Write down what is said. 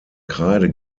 kreide